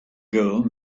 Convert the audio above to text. girl